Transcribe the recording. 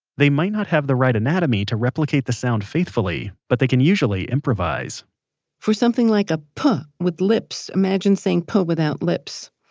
they might not have the right anatomy to replicate the sound faithfully, but they can usually improvise for something like a pa with lips, imagine saying pa without lips.